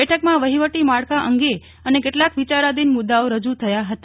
બેઠકમાં વહિવટી માળખા અંગે અને કેટલાક વિચારાધીન મુદ્દાઓ રજુ થયા હતા